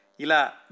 Ila